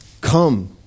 Come